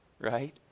right